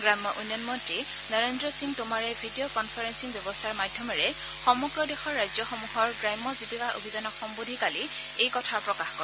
গ্ৰাম্য উন্নয়ন মন্ত্ৰী নৰেল্ৰ সিং টোমাৰে ভিডিঅ' কনফাৰেপিং ব্যৱস্থাৰ মাধ্যমেৰে সমগ্ৰ দেশৰ ৰাজ্যসমূহৰ গ্ৰাম্য জীৱিকা অভিযানক সম্বোধী কালি এই কথা প্ৰকাশ কৰে